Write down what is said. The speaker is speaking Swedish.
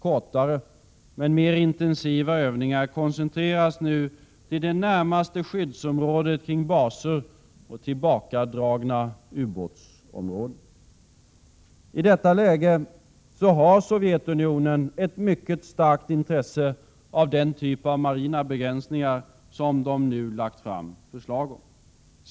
Kortare men mer intensiva övningar koncentreras nu till det närmaste skyddsområdet kring baser och tillbakadragna ubåtsområden. I detta läge har Sovjetunionen ett mycket starkt intresse av den typ av marina begränsningar som Sovjetunionen nu har lagt fram förslag om.